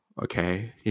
okay